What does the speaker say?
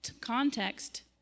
context